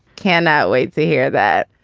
cannot wait to hear that.